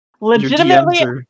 Legitimately